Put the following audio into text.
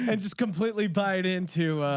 and just completely bite into